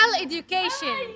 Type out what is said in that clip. education